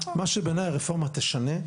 מה שבעיניי הרפורמה תשנה,